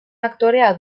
aktorea